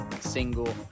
single